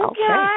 Okay